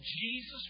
Jesus